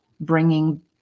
bringing